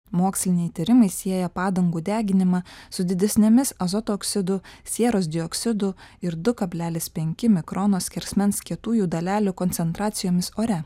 moksliniai tyrimai sieja padangų deginimą su didesnėmis azoto oksidų sieros dioksidų ir du kablelis penki mikrono skersmens kietųjų dalelių koncentracijomis ore